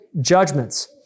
judgments